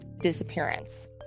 disappearance